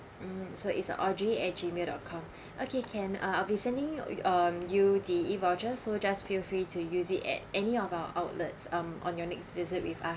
mm so it's a audrey at G mail dot com okay can uh I'll be sending you um you the e voucher so just feel free to use it at any of our outlets um on your next visit with us